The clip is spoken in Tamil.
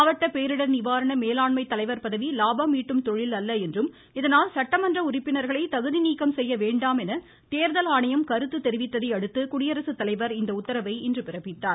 மாவட்ட பேரிடர் நிவாரண மேலாண்மை தலைவர் பதவி லாபம் ஈட்டும் தொழில் அல்ல என்றும் இதனால் சட்டமன்ற உறுப்பினர்களை தகுதி நீக்கம் செய்ய வேண்டாம் என தேர்தல் ஆணையம் கருத்து தெரிவித்ததையடுத்து குடியரசுத் தலைவர் இந்த உத்தரவை இன்று பிறப்பித்தார்